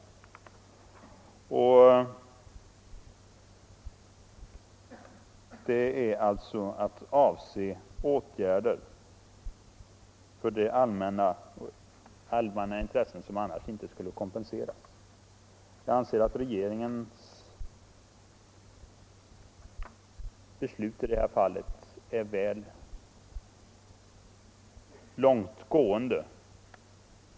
Det är alltså fråga om att tillgodose allmänna statsrådens intressen som annars inte skulle kompenseras. Jag anser att regeringens tjänsteutövning beslut i det här fallet är väl långt gående.